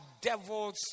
devils